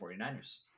49ers